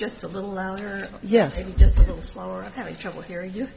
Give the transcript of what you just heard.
just a little louder yes he's having trouble hearing you